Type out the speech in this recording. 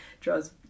draws